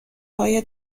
های